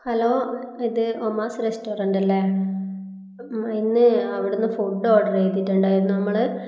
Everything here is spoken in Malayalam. ഹലോ ഇത് അമ്മാസ് റെസ്റ്റോറൻ്റ് അല്ലേ ഇന്ന് അവിടെ നിന്ന് ഫുഡ്ഡ് ഓർഡർ ചെയ്തിട്ടുണ്ടായിരുന്നു നമ്മൾ